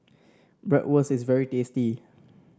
bratwurst is very tasty